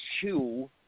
two